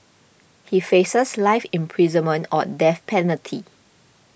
he faces life imprisonment or death penalty